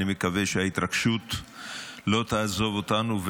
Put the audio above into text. אני מקווה שההתרגשות לא תעזוב אותנו,